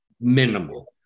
minimal